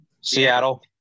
Seattle